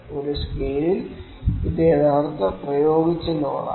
ഒരു സ്കെയിലിൽ ഇത് യഥാർത്ഥ പ്രയോഗിച്ച ലോഡാണ്